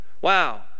Wow